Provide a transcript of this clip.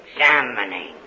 examining